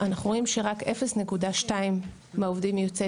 אנחנו רואים שרק 0.2 מהעובדים יוצאי